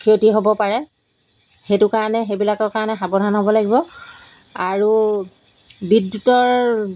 ক্ষতি হ'ব পাৰে সেইটো কাৰণে সেইবিলাকৰ কাৰণে সাৱধান হ'ব লাগিব আৰু বিদ্যুতৰ